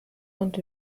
und